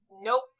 Nope